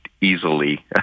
easily